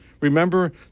Remember